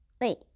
Wait